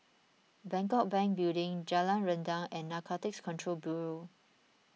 Bangkok Bank Building Jalan Rendang and Narcotics Control Bureau